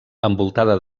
envoltada